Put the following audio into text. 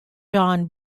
sean